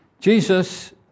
Jesus